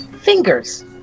Fingers